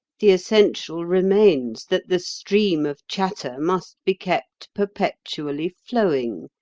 the essential remains that the stream of chatter must be kept perpetually flowing.